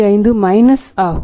55 minus ஆகும்